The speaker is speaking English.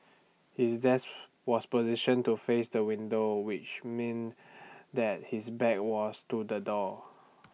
his desks was positioned to face the window which mean that his back was to the door